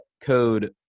code